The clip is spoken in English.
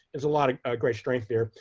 there's a lot of great strength there.